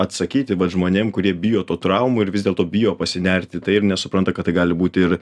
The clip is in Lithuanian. atsakyti vat žmonėm kurie bijo tų traumų ir vis dėlto bijo pasinerti tai ir nesupranta kad tai gali būti ir